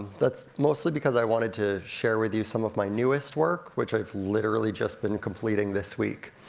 that's mostly because i wanted to share with you some of my newest work, which i've literally just been completing this week.